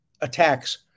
attacks